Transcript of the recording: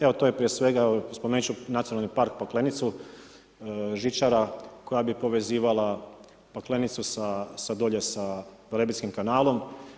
Evo to je prije svega, spomenut ću NP Paklenicu, žičara koja bi povezivala Paklenicu dolje sa Velebitskim kanalom.